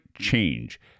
change